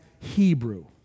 Hebrew